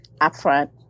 upfront